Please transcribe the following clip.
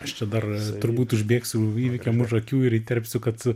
aš čia dar turbūt užbėgsiu įvykiam už akių ir įterpsiu kad